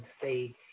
say